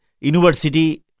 university